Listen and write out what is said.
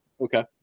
okay